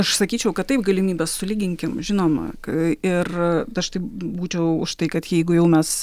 aš sakyčiau kad taip galimybes sulyginkim žinoma ka ir aš taip būčiau už tai kad jeigu jau mes